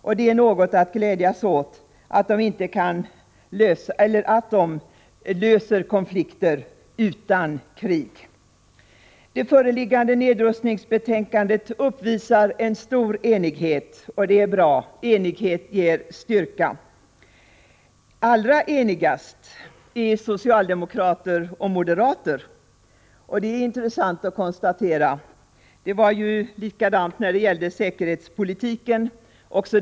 Att dessa löser konflikter utan krig är något att glädja sig åt. Det föreliggande nedrustningsbetänkandet uppvisar en stor enighet, och det är bra — enighet ger styrka. Allra enigast är socialdemokrater och moderater, vilket är intressant att konstatera. Det var likadant när det gälde betänkandet om säkerhetspolitiken.